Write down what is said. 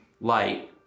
light